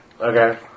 Okay